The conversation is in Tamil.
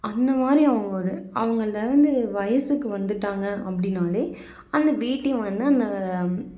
அந்த மாதிரி அவங்க ஒரு அவங்களில் வந்து வயசுக்கு வந்துட்டாங்க அப்படின்னாலே அந்த வேட்டி வந்து அந்த